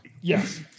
yes